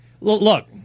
look